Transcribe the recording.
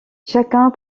chacun